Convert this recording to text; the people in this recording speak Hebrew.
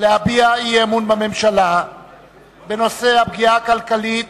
להביע אי-אמון בממשלה בנושא: הפגיעה הכלכלית